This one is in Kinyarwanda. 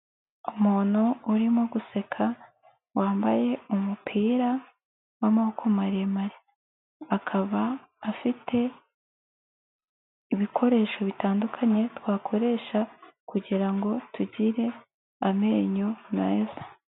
Umuntu urimo guseka, wambaye umupira w'amaboko maremare, akaba afite ibikoresho bitandukanye twakoresha kugira ngo tugire amenyo meza.